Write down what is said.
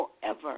forever